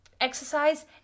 exercise